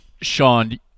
Sean